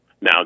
Now